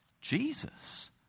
Jesus